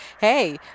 hey